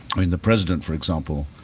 i mean the president for example